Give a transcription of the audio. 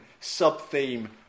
sub-theme